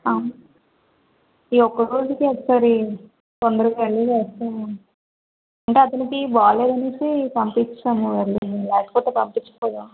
ఈ ఒక్క రోజుకి ఒక్కసారి తొందరగా ఎర్లీగా వస్తే బాగుంటుంది అంటే అతనికి బాగాలేదు అనేసి పంపించాము ఎర్లీగా లేకపోతే పంపించకపోయేవాళ్ళం